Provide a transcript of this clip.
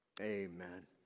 Amen